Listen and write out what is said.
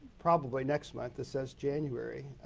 probably next month. it says january.